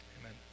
amen